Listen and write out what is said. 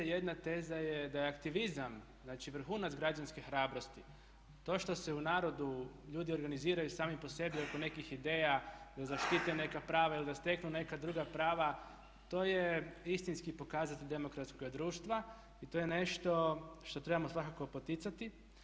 Jedna teza je da je aktivizam, znači vrhunac građanske hrabrosti, to što se u narodu ljudi organiziraju sami po sebi oko nekih ideja da zaštite neka prava ili da steknu neka druga prava to je istinski pokazatelj demokratskog društva i to je nešto što trebamo svakako poticati.